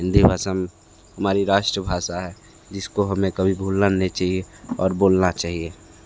हिन्दी भाषा हमारी राष्ट्र भाषा है जिसको हमें कभी भूलना नहीं चाहिए और बोलना चाहिए